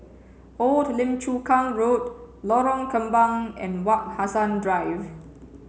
old Lim Chu Kang Road Lorong Kembang and Wak Hassan Drive